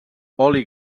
oli